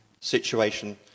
situation